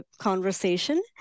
conversation